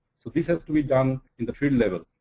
so this has to be done in the field level.